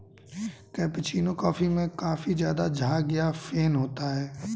cappuccino coffee में काफी ज़्यादा झाग या फेन होता है